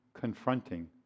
confronting